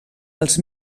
els